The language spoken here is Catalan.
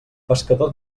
pescador